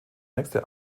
nächste